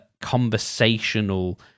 conversational